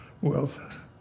wealth